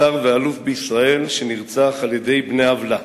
שר ואלוף בישראל, שנרצח על-ידי בני עוולה.